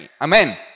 Amen